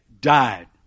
died